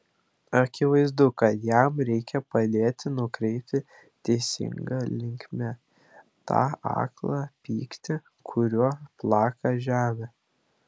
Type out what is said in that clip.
akivaizdu kad jam reikia padėti nukreipti teisinga linkme tą aklą pyktį kuriuo plaka žemę